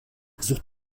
sucht